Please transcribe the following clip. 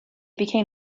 became